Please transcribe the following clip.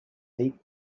deep